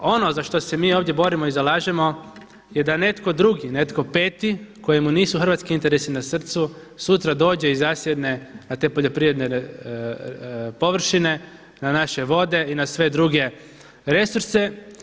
Ono za što se mi ovdje borimo i zalažemo je da netko drugi, netko peti, kojem nisu hrvatski interesi na srcu, sutra dođe i zasjedne na te poljoprivredne površine, na naše vode i na sve druge resurse.